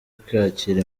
kwakira